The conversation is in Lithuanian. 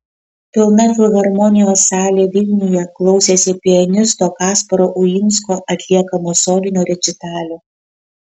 pilna filharmonijos salė vilniuje klausėsi pianisto kasparo uinsko atliekamo solinio rečitalio